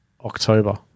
October